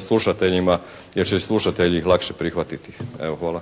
slušateljima jer će ih slušatelji lakše prihvatiti. Evo hvala.